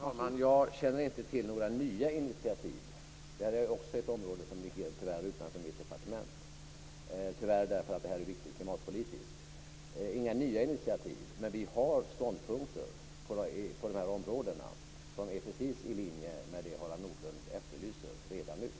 Herr talman! Jag känner inte till några nya initiativ. Det här är ett område som tyvärr också ligger utanför mitt departement - tyvärr, eftersom detta är viktigt klimatpolitiskt. Det finns inga nya initiativ, men vi har redan nu ståndpunkter på de här områdena som ligger precis i linje med vad Harald Nordlund efterlyser.